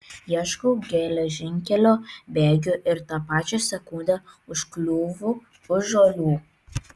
ieškau geležinkelio bėgių ir tą pačią sekundę užkliūvu už žuolių